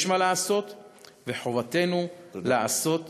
יש מה לעשות וחובתנו לעשות ומיד.